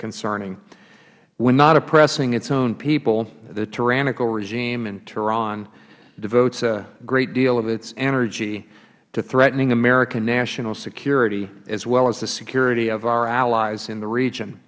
concerning when not oppressing its own people the tyrannical regime in tehran devotes a great deal of its energy to threatening american national security as well as the security of our allies in the region